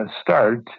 Start